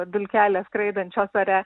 dulkelės skraidančios ore